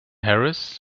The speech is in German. harris